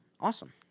Awesome